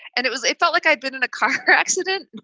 and it was it felt like i'd been in a car accident,